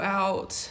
out